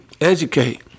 educate